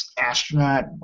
astronaut